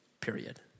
period